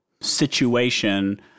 situation